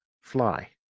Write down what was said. fly